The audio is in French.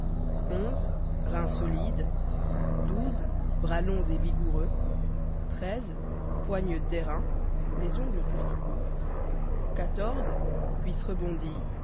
reins solides bras longs et vigoureux poigne d'airain les ongles toujours courts quatorze puis rebondies